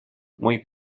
muy